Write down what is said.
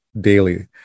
daily